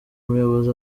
muyobozi